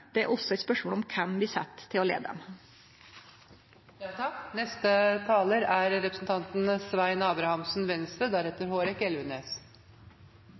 det er også eit spørsmål om kven vi set til å leie dei.